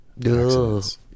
accidents